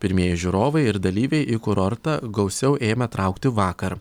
pirmieji žiūrovai ir dalyviai į kurortą gausiau ėmė traukti vakar